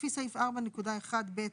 טור 1 טור 2